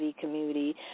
community